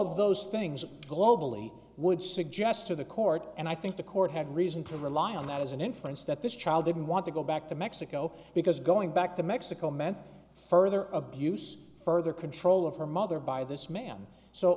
of those things globally would suggest to the court and i think the court had reason to rely on that as an influence that this child didn't want to go back to mexico because going back to mexico meant further abuse further control of her mother by this man so